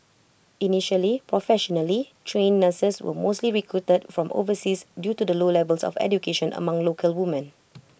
initially professionally trained nurses were mostly recruited from overseas due to the low levels of education among local woman